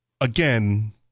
Again